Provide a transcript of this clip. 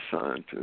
scientists